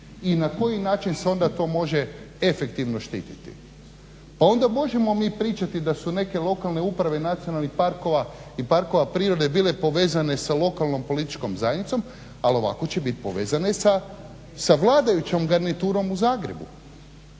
i na koji način se onda to može efektivno štititi? Pa onda možemo mi pričati da su neke lokalne uprave nacionalnih parkova i parkova prirode bile povezane sa lokalnom političkom zajednicom, ali ovako će biti povezane i sa vladajućom garniturom u Zagrebu.